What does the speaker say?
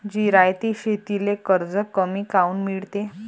जिरायती शेतीले कर्ज कमी काऊन मिळते?